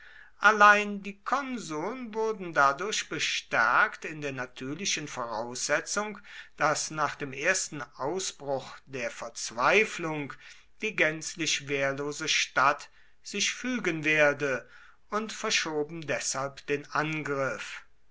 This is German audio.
allein die konsuln wurden dadurch bestärkt in der natürlichen voraussetzung daß nach dem ersten ausbruch der verzweiflung die gänzlich wehrlose stadt sich fügen werde und verschoben deshalb den angriff